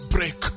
Break